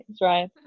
right